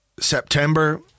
September